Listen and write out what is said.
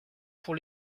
pour